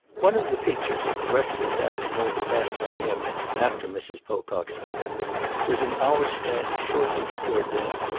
one of the features of the restless afternoon passed by him after mrs. pocock's visit was an hour spent, shortly before dinner,